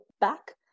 back